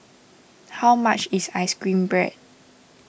how much is Ice Cream Bread